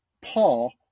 Paul